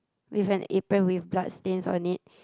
with an apron with blood stains on it